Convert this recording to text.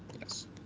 Yes